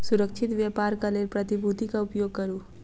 सुरक्षित व्यापारक लेल प्रतिभूतिक उपयोग करू